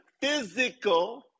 physical